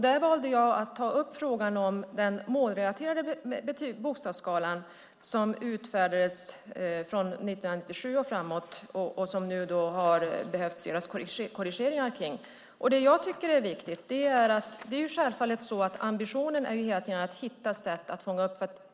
Där valde jag att ta upp frågan om den målrelaterade bokstavsskalan, som utfärdades från 1997 och framåt och som det nu har behövt göras korrigeringar kring. Det jag tycker är viktigt är att ambitionen självfallet hela tiden är att hitta sätt att fånga upp.